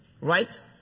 right